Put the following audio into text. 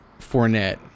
Fournette